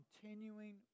continuing